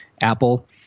Apple